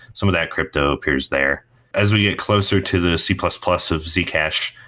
some of that crypto peers there as we get closer to the c plus plus of zcash,